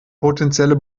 potenzielle